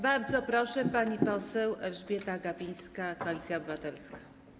Bardzo proszę, pani poseł Elżbieta Gapińska, Koalicja Obywatelska.